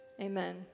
amen